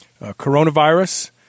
coronavirus